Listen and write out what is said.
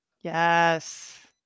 Yes